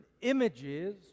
images